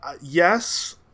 yes